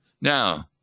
Now